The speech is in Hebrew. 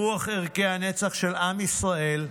ברוח ערכי הנצח של עם ישראל: